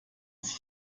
sich